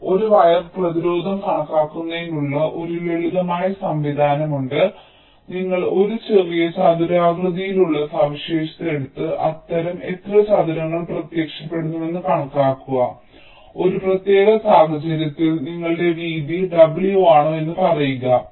അതിനാൽ ഒരു വയർ പ്രതിരോധം കണക്കാക്കുന്നതിനുള്ള ഒരു ലളിതമായ സംവിധാനമുണ്ട് നിങ്ങൾ ഒരു ചെറിയ ചതുരാകൃതിയിലുള്ള സവിശേഷത എടുത്ത് അത്തരം എത്ര ചതുരങ്ങൾ പ്രത്യക്ഷപ്പെടുന്നുവെന്ന് കണക്കാക്കുക ഒരു പ്രത്യേക സാഹചര്യത്തിൽ നിങ്ങളുടെ വീതി w ആണോ എന്ന് പറയുക